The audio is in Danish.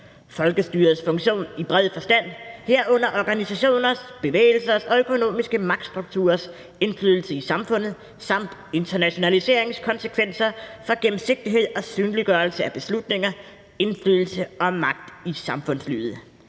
folkestyrets funktion i bred forstand, herunder organisationers, bevægelsers og økonomiske magtstrukturers indflydelse i samfundet samt internationaliseringens konsekvenser for gennemsigtighed og synliggørelse af beslutninger, indflydelse og magt i samfundslivet.